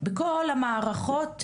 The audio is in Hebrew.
בכל המערכות,